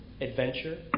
adventure